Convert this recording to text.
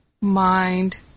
mind